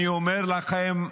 אני אומר לכם,